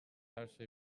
herşey